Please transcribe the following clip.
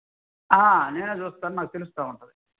నేను చూస్తాను నాకు తెలుస్తు ఉంటుంది